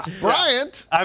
Bryant